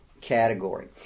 category